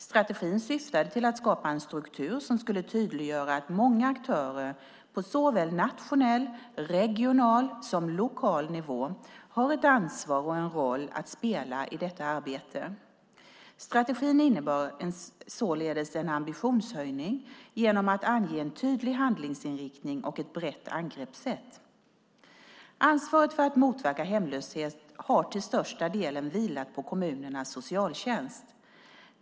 Strategin syftade till att skapa en struktur som skulle tydliggöra att många aktörer på såväl nationell och regional som lokal nivå har ett ansvar och en roll att spela i detta arbete. Strategin innebar således en ambitionshöjning genom att ange en tydlig handlingsinriktning och ett brett angreppssätt. Ansvaret för att motverka hemlöshet har till största delen vilat på kommunernas socialtjänst.